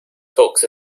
talks